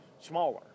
smaller